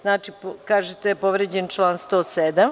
Znači, kažete da je povređen član 107.